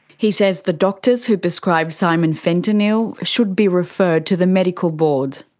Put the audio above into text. he says the doctors who prescribed simon fentanyl should be referred to the medical board.